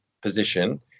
position